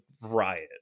riot